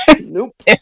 Nope